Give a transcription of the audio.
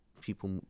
people